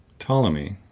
ptolemy,